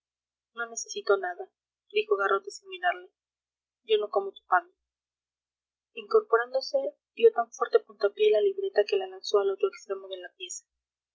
no necesito nada dijo garrote sin mirarle yo no como tu pan incorporándose dio tan fuerte puntapié a la libreta que la lanzó al otro extremo de la pieza